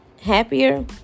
happier